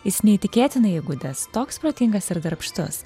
jis neįtikėtinai įgudęs toks protingas ir darbštus